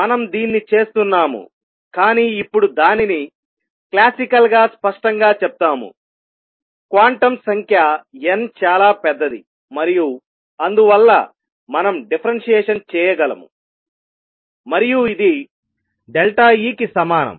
మనం దీన్ని చేస్తున్నాము కానీ ఇప్పుడు దానిని క్లాసికల్ గా స్పష్టంగా చెప్తాము క్వాంటం సంఖ్య n చాలా పెద్దది మరియు అందువల్ల మనం డిఫరెన్షియేషన్ చేయగలము మరియు ఇది E కి సమానం